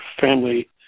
family